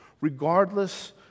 Regardless